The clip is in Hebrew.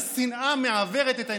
השנאה מעוורת את עיניהם.